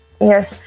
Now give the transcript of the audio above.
yes